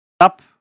Up